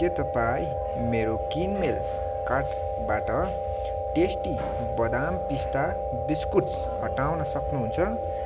के तपाईँ मेरो किनमेल कार्टबाट टेस्टी बदाम पिस्ता बिस्कुट हटाउन सक्नुहुन्छ